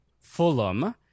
Fulham